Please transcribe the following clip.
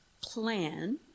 plan